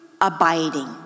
abiding